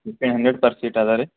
fifteen hundred per ಸೀಟದೆ ರೀ